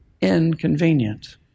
inconvenient